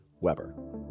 Weber